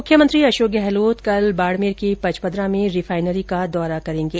मुख्यमंत्री अशोक गहलोत कल बाड़मेर के पचपदरा में रिफाइनरी का दौरा करेंगे